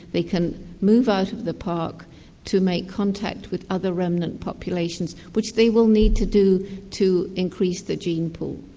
they can move out of the park to make contact with other other remnant populations which they will need to do to increase the gene pool,